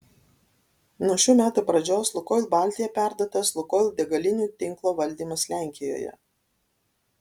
nuo šių metų pradžios lukoil baltija perduotas lukoil degalinių tinklo valdymas lenkijoje